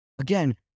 Again